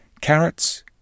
Carrots